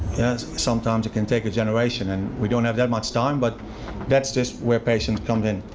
yes, sometimes it can take a generation and we don't have that much time, but that's just where patience comes in.